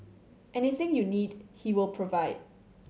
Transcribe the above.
anything you need he will provide